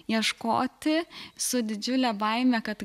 ieškoti su didžiule baime kad